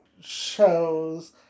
shows